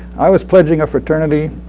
i was pledging a fraternity,